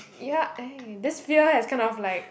ya eh this fear has kind of like